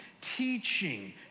teaching